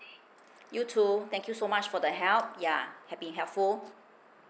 you too thank you so much for the help yeah help being helpful